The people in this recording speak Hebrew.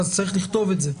יש לכתוב את זה.